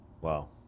Wow